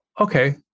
okay